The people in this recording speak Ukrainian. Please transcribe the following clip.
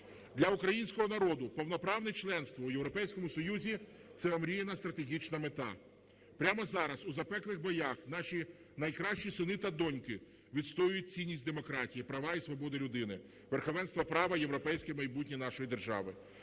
Для українського народу повноправне членство в Європейському Союзі – це омріяна стратегічна мета. Прямо зараз у запеклих боях наші найкращі сини та доньки відстоюють цінність демократії, права і свободи людини, верховенства права, європейське майбутнє нашої держави.